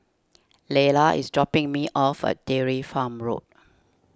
Layla is dropping me off at Dairy Farm Road